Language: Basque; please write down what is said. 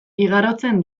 igarotzen